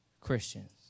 Christians